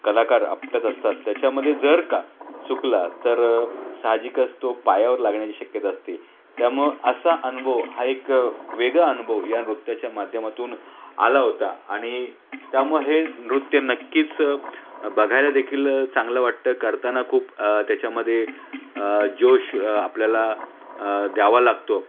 कलाकार आपटत असतात त्याच्यामध्ये जर का चुकलात तर साहजिकच तो पायावर लागण्याची शक्यता असते त्यामुळं असा अनुभव हा एक वेगळा अनुभव या नृत्याच्या माध्यमातून आला होता आणि त्यामुळं हे नृत्य नक्कीच बघायला देखील चांगलं वाटतं करताना खूप त्याच्यामध्ये जोष आपल्याला द्यावा लागतो